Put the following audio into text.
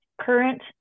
current